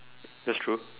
that's true